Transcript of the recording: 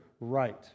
right